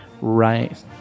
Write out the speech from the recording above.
right